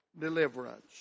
deliverance